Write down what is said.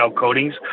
Coatings